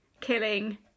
killing